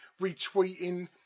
retweeting